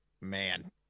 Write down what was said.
man